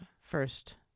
first